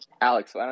Alex